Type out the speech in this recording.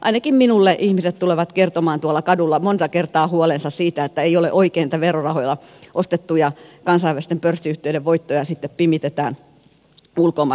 ainakin minulle ihmiset tuolla kadulla monta kertaa tulevat kertomaan huolensa siitä että ei ole oikein että verorahoilla ostettuja kansainvälisten pörssiyhtiöiden voittoja sitten pimitetään ulkomailla